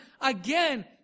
Again